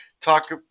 talk